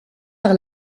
par